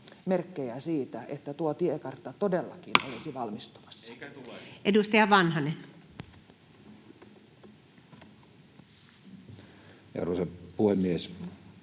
merkkejä siitä, että tuo tiekartta todellakin olisi valmistumassa. [Sebastian Tynkkynen: Eikä tule!]